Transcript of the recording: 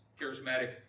Charismatic